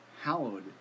hallowed